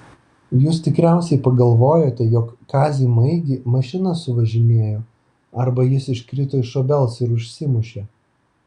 jūs tikriausiai pagalvojote jog kazį maigį mašina suvažinėjo arba jis iškrito iš obels ir užsimušė